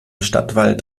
stadtwald